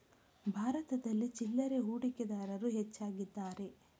ಭಾರತದಲ್ಲಿ ಚಿಲ್ಲರೆ ಹೂಡಿಕೆದಾರರು ಹೆಚ್ಚಾಗಿದ್ದಾರೆ